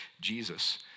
Jesus